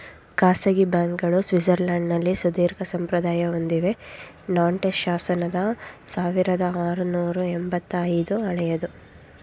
ಖಾಸಗಿ ಬ್ಯಾಂಕ್ಗಳು ಸ್ವಿಟ್ಜರ್ಲ್ಯಾಂಡ್ನಲ್ಲಿ ಸುದೀರ್ಘಸಂಪ್ರದಾಯ ಹೊಂದಿವೆ ನಾಂಟೆಸ್ ಶಾಸನದ ಸಾವಿರದಆರುನೂರು ಎಂಬತ್ತ ಐದು ಹಳೆಯದು